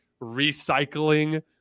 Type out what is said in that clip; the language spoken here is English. recycling